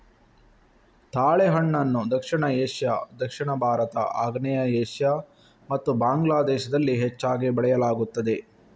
ತಾಳೆಹಣ್ಣನ್ನು ದಕ್ಷಿಣ ಏಷ್ಯಾ, ದಕ್ಷಿಣ ಭಾರತ, ಆಗ್ನೇಯ ಏಷ್ಯಾ ಮತ್ತು ಬಾಂಗ್ಲಾ ದೇಶದಲ್ಲಿ ಹೆಚ್ಚಾಗಿ ಬೆಳೆಯಲಾಗುತ್ತದೆ